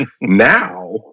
Now